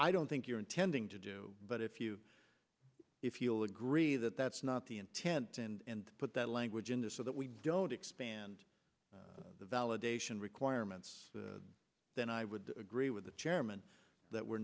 i don't think you're intending to do but if you if you'll agree that that's not the intent and put that language in this so that we don't expand the validation requirements then i would agree with the chairman that we're